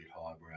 highbrow